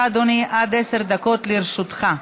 בבקשה, אדוני, עד עשר דקות לרשותך.